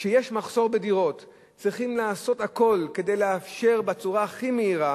וכשיש מחסור בדירות צריך לעשות הכול כדי לאפשר בצורה מהירה